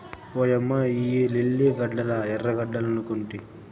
ఓయమ్మ ఇయ్యి లిల్లీ గడ్డలా ఎర్రగడ్డలనుకొంటి